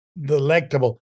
delectable